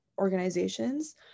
organizations